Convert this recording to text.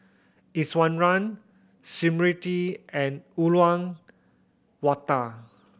Iswaran Smriti and Uyyalawada